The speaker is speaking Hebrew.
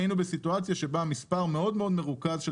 היינו בסיטואציה שבה מספר מאוד מרוכז של